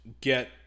get